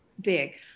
big